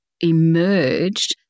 emerged